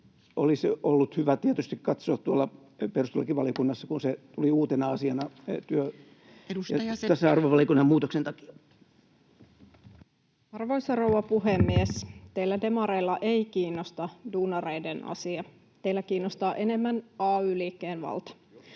olisi ollut hyvä tietysti katsoa tuolla perustuslakivaliokunnassa, kun se tuli uutena asiana työ- ja tasa-arvovaliokunnan muutoksen takia. Edustaja Seppänen. Arvoisa rouva puhemies! Teitä demareita ei kiinnosta duunareiden asia. Teitä kiinnostaa enemmän ay-liikkeen valta.